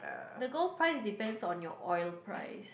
the gold price is depends on your oil price